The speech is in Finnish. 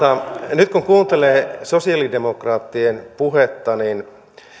nyt kun kuuntelee sosialidemokraattien puhetta niin